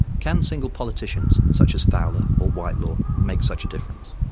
can single politicians, such as fowler or whitelaw, make such a difference?